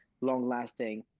long-lasting